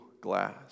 glass